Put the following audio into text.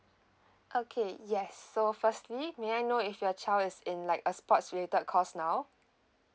okay yes so firstly may I know if your child is in like a sports related course now